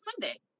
Monday